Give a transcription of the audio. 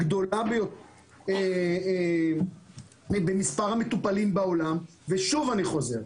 הגדולה ביותר במספר המטופלים בעולם שוב אני חוזר,